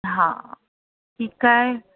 हा ठीकु आहे